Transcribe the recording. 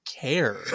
care